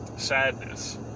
sadness